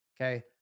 Okay